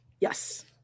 Yes